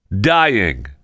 dying